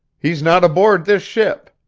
he's not aboard this ship!